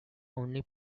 only